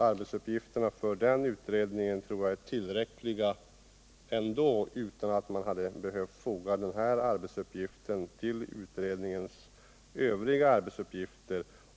Arbetsuppgifterna för den utredningen är säkert tillräckliga utan att man behövt foga den här arbetsuppgiften till de övriga.